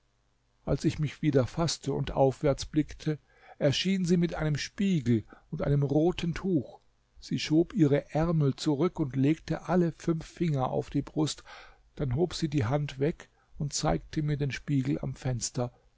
als ich mich wieder faßte und aufwärts blickte erschien sie mit einem spiegel und einem roten tuch sie schob ihre ärmel zurück und legte alle fünf finger auf die brust dann hob sie die hand weg und zeigte mir den spiegel am fenster